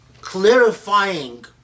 clarifying